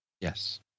Yes